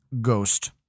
ghost